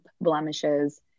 blemishes